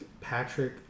Patrick